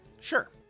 Sure